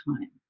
time